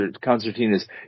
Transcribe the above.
Concertinas